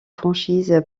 franchise